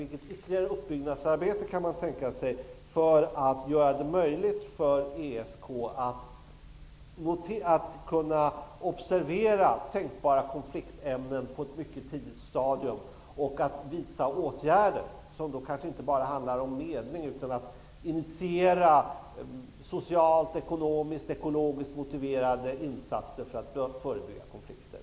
Vilket ytterligare uppbyggnadsarbete kan man tänka sig för att göra det möjligt för ESK att observera tänkbara konfliktämnen på ett mycket tidigt stadium och att vidta åtgärder, som då kanske inte bara handlar om medling, utan att initiera socialt, ekonomiskt och ekologiskt motiverade insatser för att förebygga konflikter?